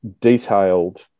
detailed